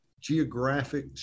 geographic